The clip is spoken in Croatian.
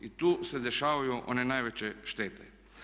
I tu se dešavaju one najveće štete.